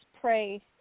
pray